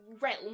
realm